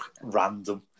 random